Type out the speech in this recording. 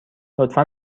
لطفا